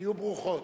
תהיו ברוכות.